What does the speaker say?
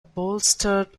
bolstered